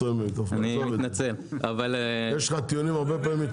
יש לך טיעונים הרבה יותר טובים.